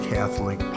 Catholic